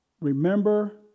Remember